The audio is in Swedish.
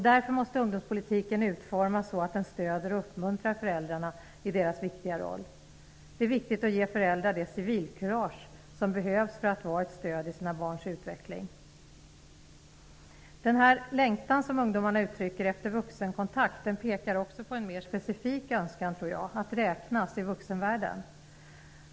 Därför måste ungdomspolitiken utformas så att den stöder och uppmuntrar föräldrarna i deras viktiga roll. Det är viktigt att ge föräldrar det civilkurage som behövs för att vara ett stöd i sina barns utveckling. Jag tror att den längtan som ungdomar uttrycker efter vuxenkontakter också pekar på en mer specifik önskan att räknas till vuxenvärlden.